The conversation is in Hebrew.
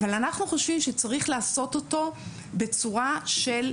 אבל אנחנו חושבים שצריך לעשות אותו בצורה של,